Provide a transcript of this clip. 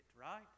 right